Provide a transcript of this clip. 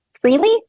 freely